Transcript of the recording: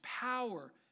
power